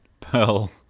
pearl